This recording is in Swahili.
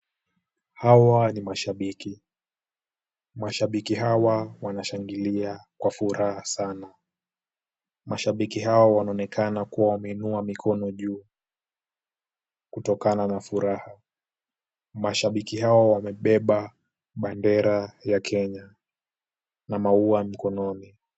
Hawa ni mashabiki. Mashabiki hawa wanashangilia kwa furaha sana. Mashabiki hawa wanaonekana kuwa wameinua mikono juu kutokana na furaha. Mashabiki hawa wamebeba bendera ya Kenya na maua mkononi.